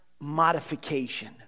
modification